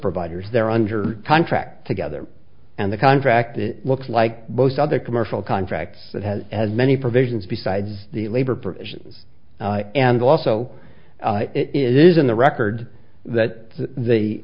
providers they're under contract together and the contract looks like most other commercial contracts that has as many provisions besides the labor provisions and also it is in the record that the